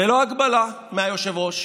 ללא הגבלה מהיושב-ראש.